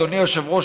אדוני היושב-ראש,